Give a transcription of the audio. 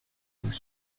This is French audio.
vous